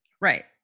right